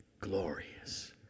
glorious